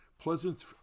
Pleasant